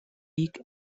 week